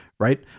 right